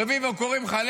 רביבו, קוראים לך.